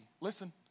Listen